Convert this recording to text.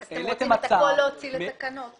--- אתם רוצים להוציא את הכול לתקנות.